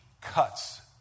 cuts